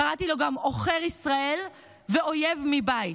קראתי לו גם עוכר ישראל ואויב מבית.